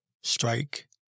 strike